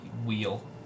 Wheel